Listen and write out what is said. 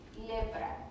lepra